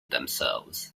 themselves